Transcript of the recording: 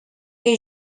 que